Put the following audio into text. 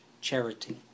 charity